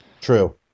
True